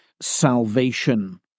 salvation